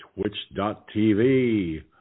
Twitch.tv